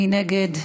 מי נגד?